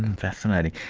fascinating.